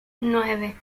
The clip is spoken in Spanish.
nueve